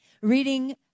Reading